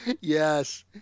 Yes